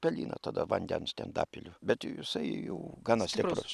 pelyną tada vandens ten dapilu bet jisai jau gana stiprus